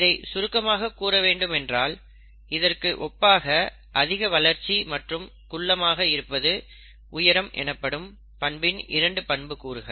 இதை சுருக்கமாக கூற வேண்டும் என்றால் இதற்கு ஒப்பாக அதிக வளர்ச்சி மற்றும் குள்ளமாக இருப்பது உயரம் எனப்படும் பண்பின் இரண்டு பண்புக் கூறுகள்